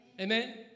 Amen